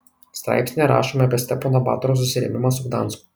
straipsnyje rašoma apie stepono batoro susirėmimą su gdansku